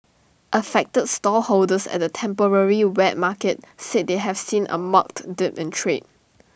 affected stallholders at the temporary wet market said they have seen A marked dip in trade